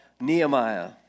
Nehemiah